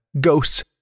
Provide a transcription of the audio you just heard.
ghosts